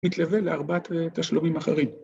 מתלווה לארבעת תשלומים אחרים.